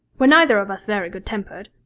we're neither of us very good-tempered.